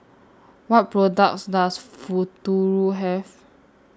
What products Does Futuro Have